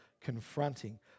confronting